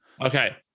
Okay